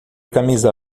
camisa